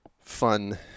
fun